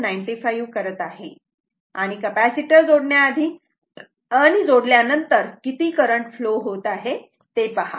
95 करत आहे आणि कपॅसिटर जोडण्या आधी आणि जोडल्यानंतर किती करंट फ्लो होत आहे ते पहा